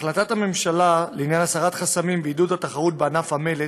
החלטת הממשלה לעניין הסרת חסמים ועידוד התחרות בענף המלט